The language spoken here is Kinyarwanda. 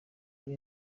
muri